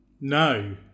No